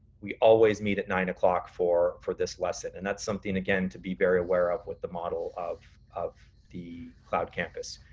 we always meet at nine o'clock for for this lesson. and that's something again to be very aware of with the model of of the cloud campus.